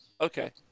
Okay